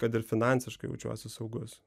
kad ir finansiškai jaučiuosi saugus